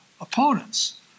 opponents